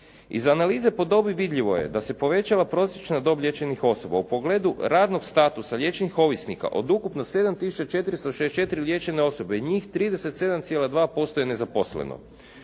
Iz analize po dobi vidljivo je da se povećala prosječna dob liječenih osoba u pogledu radnog statusa liječenih ovisnika od ukupno 7464 liječene osobe. Njih 37,2% je nezaposleno.